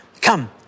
come